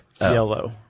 Yellow